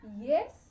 Yes